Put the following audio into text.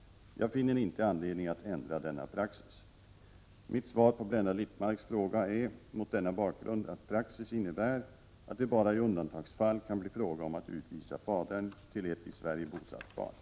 Jag finner inte anledning att ändra — 11 december 1987 denna praxis. ga a SR Mitt svar på Blenda Littmarcks fråga är mot denna bakgrund att praxis innebär att det bara i undantagsfall kan bli fråga om att utvisa fadern till ett i Sverige bosatt barn.